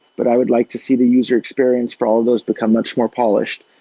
but i would like to see the user experience for all those become much more polished,